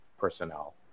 personnel